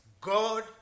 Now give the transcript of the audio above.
God